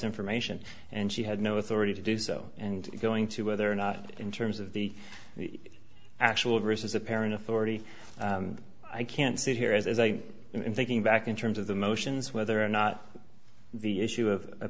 information and she had no authority to do so and going to whether or not in terms of the actual versus apparent authority i can't sit here as i in thinking back in terms of the motions whether or not the issue of